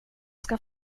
ska